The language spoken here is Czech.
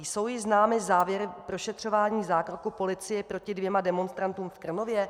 Jsou již známy závěry prošetřování zákroku policie proti dvěma demonstrantům v Krnově?